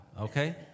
Okay